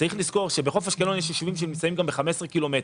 -- צריך לזכור שבחוף אשקלון יש יישובים שנמצאים גם ב-15 קילומטר.